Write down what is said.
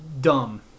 dumb